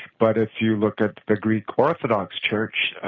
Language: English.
but if you look at the greek orthodox church,